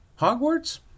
Hogwarts